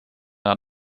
naar